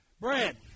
Brad